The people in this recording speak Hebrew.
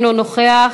אינו נוכח,